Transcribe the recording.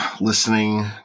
listening